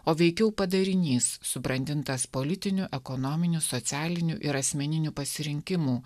o veikiau padarinys subrandintas politinių ekonominių socialinių ir asmeninių pasirinkimų